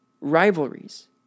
rivalries